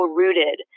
rooted